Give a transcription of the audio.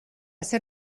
zer